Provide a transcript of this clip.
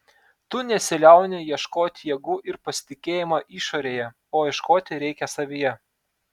tu nesiliauni ieškoti jėgų ir pasitikėjimo išorėje o ieškoti reikia savyje